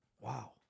Wow